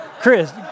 Chris